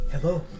Hello